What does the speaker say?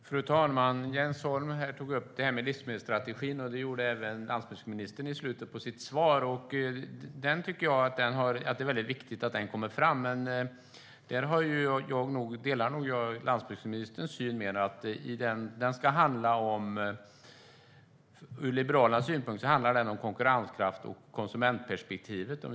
Fru talman! Jens Holm tog upp livsmedelsstrategin. Det gjorde även landsbygdsministern i slutet på sitt svar. Jag tycker att det är viktigt att den kommer fram, och jag delar nog mer landsbygdsministerns syn. Ur liberal synpunkt handlar den om konkurrenskraft och konsumentperspektiv.